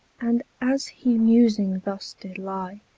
and as he musing thus did lye,